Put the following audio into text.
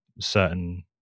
certain